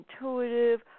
intuitive